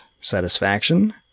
satisfaction